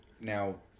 now